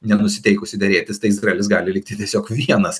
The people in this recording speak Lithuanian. nenusiteikusi derėtis tai izraelis gali likti tiesiog vienas